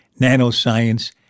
nanoscience